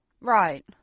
Right